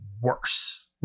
worse